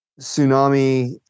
tsunami